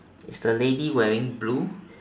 is the lady wearing blue